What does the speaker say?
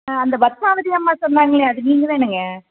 அந்த பத்மாவதி அம்மா சொன்னாங்களே அது நீங்கள் தானேங்க